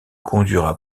conduira